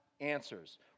answers